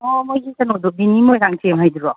ꯑꯣ ꯃꯣꯏꯒꯤ ꯀꯩꯅꯣꯗꯨ ꯗꯤꯅꯤ ꯃꯣꯏꯔꯥꯡꯊꯦꯝ ꯍꯥꯏꯗꯨꯔꯣ